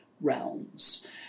realms